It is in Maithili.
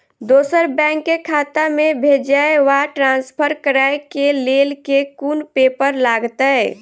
दोसर बैंक केँ खाता मे भेजय वा ट्रान्सफर करै केँ लेल केँ कुन पेपर लागतै?